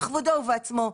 בכבודו ובעצמו,